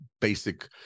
basic